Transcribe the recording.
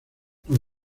los